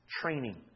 training